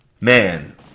Man